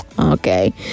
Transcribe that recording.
okay